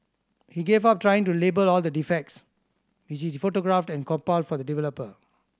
he gave up trying to label all the defects which he photographed and compiled for the developer